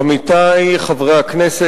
עמיתי חברי הכנסת,